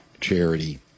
charity